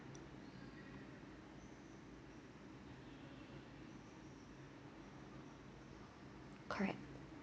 correct